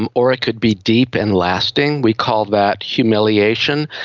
um or it could be deep and lasting, we call that humiliation.